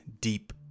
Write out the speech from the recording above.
deep